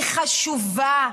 היא חשובה.